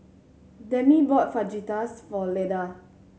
Demi bought Fajitas for Leda